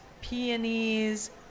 peonies